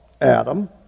Adam